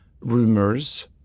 rumors